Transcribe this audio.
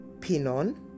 Pinon